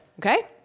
Okay